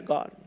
God